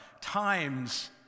times